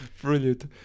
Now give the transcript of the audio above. Brilliant